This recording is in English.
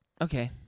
Okay